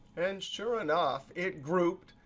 and sure enough, it grouped.